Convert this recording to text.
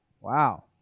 Wow